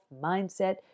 mindset